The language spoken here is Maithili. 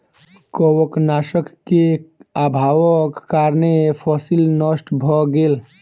कवकनाशक के अभावक कारणें फसील नष्ट भअ गेल